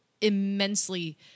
immensely